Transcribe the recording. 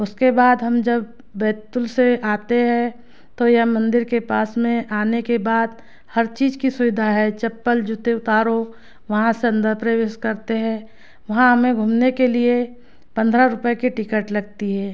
उसके बाद हम जब बैतुल से आते हैं तो यह मंदिर के पास में आने के बाद हर चीज़ की सुविधा है चप्पल जूते उतारो वहाँ से अंदर प्रवेश करते है वहाँ हमें घूमने के लिए पन्द्रह रुपये की टिकट लगती है